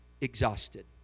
exhausted